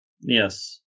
Yes